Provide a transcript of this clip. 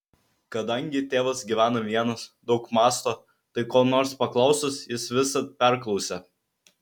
kadangi tėvas gyvena vienas daug mąsto tai ko nors paklausus jis visad perklausia